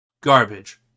Garbage